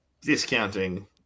discounting